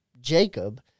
Jacob